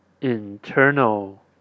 internal